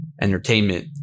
entertainment